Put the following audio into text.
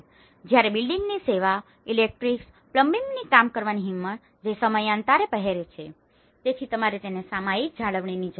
જ્યારે બિલ્ડિંગની સેવાઓ ઇલેક્ટ્રિકસ પ્લમ્બિંગની કામ કરવાની હિંમત જે સમયાંતરે પહેરે છે તેથી તમારે તેને સામયિક જાળવણીની જરૂર છે